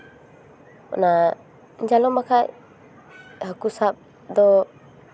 ᱚᱱᱟ ᱡᱟᱞᱚᱢ ᱵᱟᱠᱷᱟᱡ ᱦᱟᱹᱠᱩ ᱥᱟᱵ ᱫᱚ